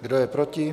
Kdo je proti?